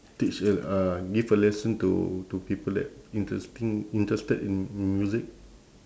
teach a uh give a lesson to to people that interesting interested in in music